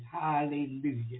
Hallelujah